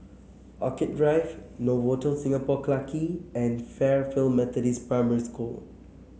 Orchid Drive Novotel Singapore Clarke Quay and Fairfield Methodist Primary School